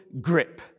grip